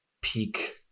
peak